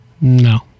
No